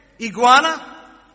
iguana